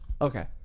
Okay